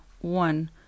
one